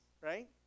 right